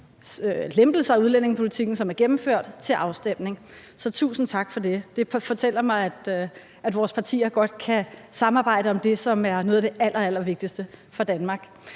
lempelser af udlændingepolitikken, som er gennemført, til afstemning. Så tusind tak for det. Det fortæller mig, at vores partier godt kan samarbejde om det, som er noget af det allerallervigtigste for Danmark.